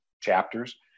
chapters